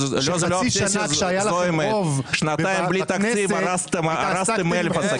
בחצי שנה כשהיה לכם רוב בכנסת קידמתם עסקים